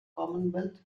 commonwealth